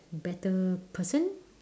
better person